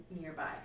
nearby